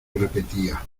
repetía